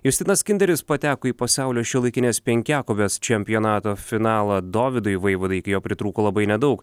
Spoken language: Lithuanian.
justinas kinderis pateko į pasaulio šiuolaikinės penkiakovės čempionato finalą dovydui vaivadai iki jo pritrūko labai nedaug